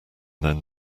then